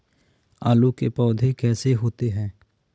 आलू के पौधे कैसे होते हैं?